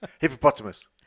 Hippopotamus